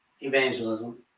evangelism